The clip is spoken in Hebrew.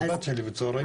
הבת שלי בצוערים.